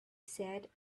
said